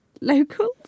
locals